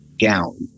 gown